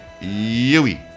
Yui